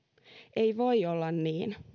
ei voi olla niin